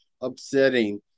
upsetting